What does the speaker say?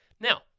Now